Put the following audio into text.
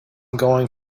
going